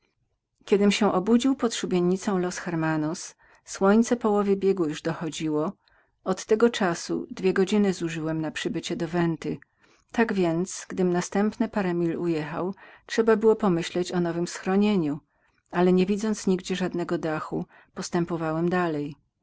kiedym się obudził pod szubieuicąszubienicą los hermanos słońce połowy biegu już dochodziło od tego czasu dwie godzin zużyłem na przybycie do venty tak więc gdym następnie parę mil ujechał trzeba było pomyśleć o nowem schronieniu ale niewidząc nigdzie żadnego dachu postępowałem dalej